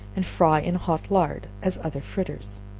and fry in hot lard, as other fritters.